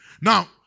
Now